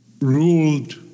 ruled